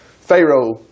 Pharaoh